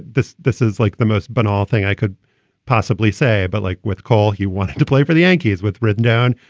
this this is like the most banal thing i could possibly say. but like with call, he wanted to play for the yankees with written down.